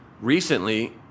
recently